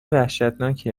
وحشتناکی